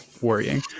worrying